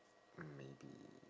maybe